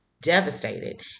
devastated